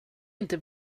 inte